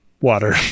water